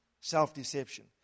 Self-deception